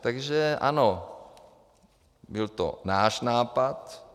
Takže ano, byl to náš nápad.